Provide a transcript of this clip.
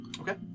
Okay